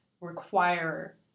require